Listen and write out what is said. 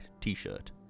t-shirt